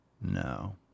No